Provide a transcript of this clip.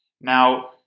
now